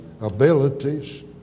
abilities